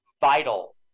vital